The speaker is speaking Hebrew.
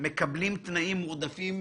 מקבלים תנאים מועדפים